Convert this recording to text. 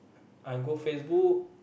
I go Facebook